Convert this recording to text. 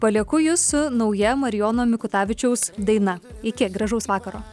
palieku jus su nauja marijono mikutavičiaus daina iki gražaus vakaro